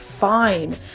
fine